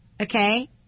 okay